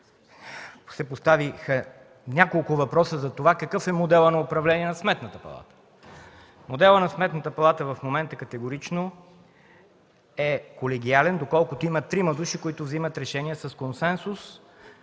се повториха няколко въпроса за това какъв е моделът на управление на Сметната палата. Моделът на Сметната палата в момента категорично е колегиален, доколкото има трима души, които вземат решения с консенсус